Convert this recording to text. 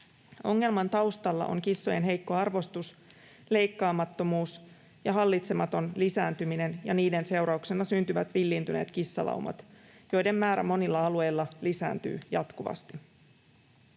Ongelman taustalla ovat kissojen heikko arvostus, leikkaamattomuus ja hallitsematon lisääntyminen ja niiden seurauksena syntyvät villiintyneet kissalaumat, joiden määrä monilla alueilla lisääntyy jatkuvasti.